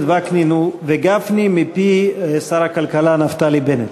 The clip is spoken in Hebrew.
וקנין וגפני מפי שר הכלכלה נפתלי בנט.